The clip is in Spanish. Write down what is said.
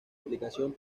aplicación